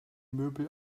möbel